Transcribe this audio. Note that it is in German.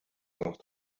noch